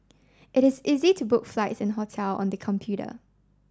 it is easy to book flight and hotel on the computer